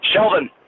Sheldon